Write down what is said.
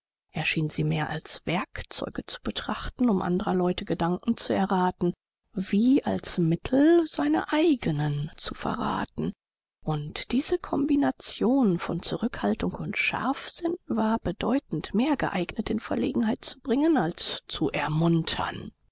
schien sie mehr als werkzeuge zu betrachten um anderer leute gedanken zu erraten wie als mittel seine eigenen zu verraten und diese kombination von zurückhaltung und scharfsinn war bedeutend mehr geeignet in verlegenheit zu bringen als zu ermuntern